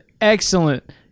excellent